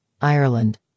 Ireland